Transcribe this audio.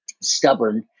stubborn